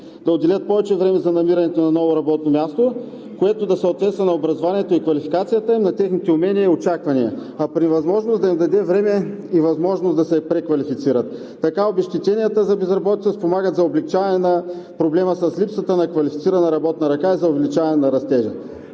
да отделят повече време за намирането на ново работно място, което да съответства на образованието и квалификацията им, на техните умения и очаквания, а при възможност – да им даде време и възможност да се преквалифицират. Така обезщетенията за безработица спомагат за облекчаване на проблема с липсата на квалифицирана работна ръка и за увеличаване на растежа.